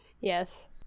Yes